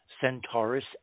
Centaurus